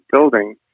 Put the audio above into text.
building